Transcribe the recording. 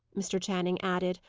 mr. channing added,